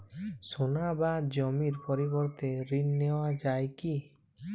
সোনা বা জমির পরিবর্তে ঋণ নেওয়া যায় কী?